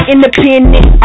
Independent